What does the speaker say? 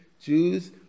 Jews